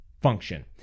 function